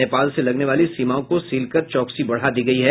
नेपाल से लगने वाली सीमाओं को सील कर चौकसी बढ़ा दी गयी है